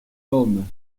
homme